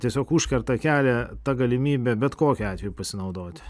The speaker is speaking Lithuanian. tiesiog užkerta kelią ta galimybe bet kokiu atveju pasinaudoti